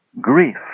grief